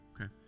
Okay